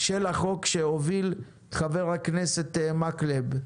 של החוק שהוביל חבר הכנסת מקלב.